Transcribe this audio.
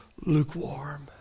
lukewarm